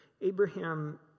Abraham